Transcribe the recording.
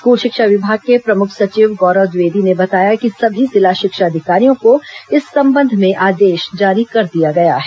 school शिक्षा विभाग के प्रमुख सचिव गौरव द्विवेदी ने बताया कि सभी जिला शिक्षा अधिकारियों को इस संबंध में आदेश जारी कर दिया गया है